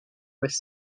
was